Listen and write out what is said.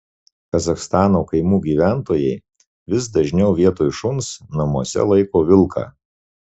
kazachstano kaimų gyventojai vis dažniau vietoj šuns namuose laiko vilką